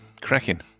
Cracking